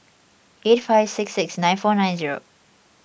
eight five six six nine four nine zero